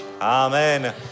Amen